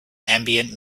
ambient